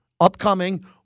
upcoming